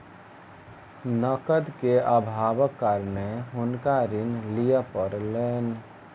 नकद के अभावक कारणेँ हुनका ऋण लिअ पड़लैन